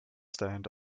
stand